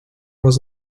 was